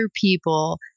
people